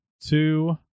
two